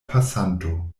pasanto